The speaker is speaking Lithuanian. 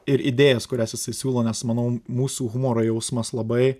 ir idėjas kurias jisai siūlo nes manau mūsų humoro jausmas labai